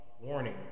Warning